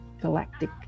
galactic